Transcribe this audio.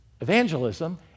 evangelism